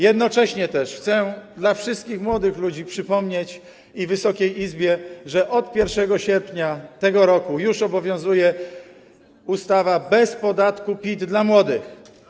Jednocześnie też chcę wszystkim młodym ludziom przypomnieć i Wysokiej Izbie, że od 1 sierpnia tego roku już obowiązuje ustawa: bez podatku PIT dla młodych.